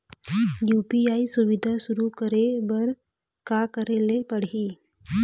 UPI सुविधा शुरू करे बर का करे ले पड़ही?